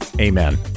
amen